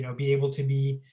you know be able to be